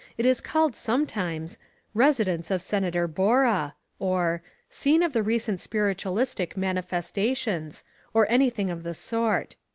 it is called sometimes residence of senator borah or scene of the recent spiritualistic manifestations or anything of the sort.